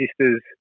sisters